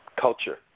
culture